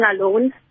alone